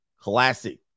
classic